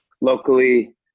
Locally